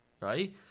right